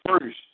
first